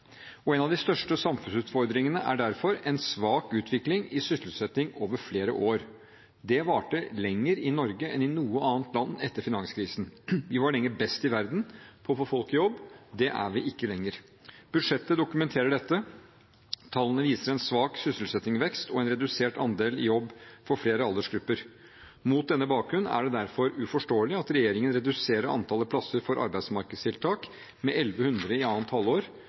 En av de største samfunnsutfordringene er derfor en svak utvikling i sysselsetting over flere år. Det varte lenger i Norge enn i noe annet land etter finanskrisen. Vi var lenge best i verden på å få folk i jobb. Det er vi ikke lenger. Budsjettet dokumenterer dette. Tallene viser en svak sysselsettingsvekst og en redusert andel i jobb for flere aldersgrupper. Mot denne bakgrunnen er det derfor uforståelig at regjeringen reduserer antallet plasser for arbeidsmarkedstiltak med 1 100 i annet halvår,